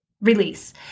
release